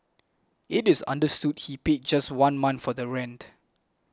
it is understood he paid just one month for the rent